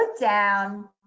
down